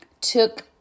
took